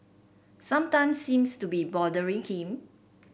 some time seems to be bothering him